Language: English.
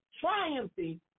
triumphing